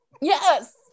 yes